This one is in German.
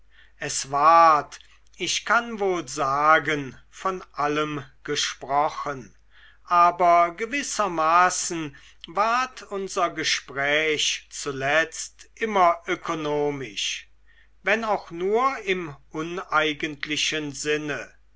es ward ich kann wohl sagen von allem gesprochen aber gewissermaßen ward unser gespräch zuletzt immer ökonomisch wenn auch nur im uneigentlichen sinne